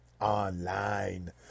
online